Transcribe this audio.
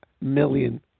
million